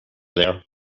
there